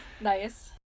Nice